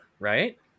Right